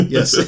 Yes